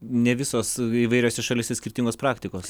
ne visos įvairiose šalyse skirtingos praktikos